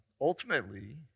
ultimately